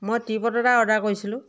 মই teapot এটা order কৰিছিলোঁ